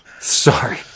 sorry